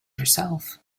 yourself